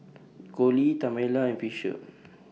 Colie Tamela and Fisher